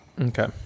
okay